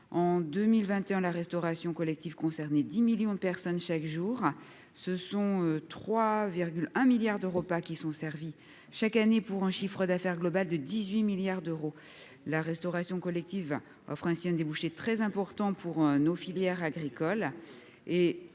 en 2021, la restauration collective concernait 10 millions de personnes chaque jour. Ce sont 3,1 milliards de repas qui sont servis chaque année, pour un chiffre d'affaires global de 18 milliards d'euros. La restauration collective offre ainsi un débouché très important pour nos filières agricoles,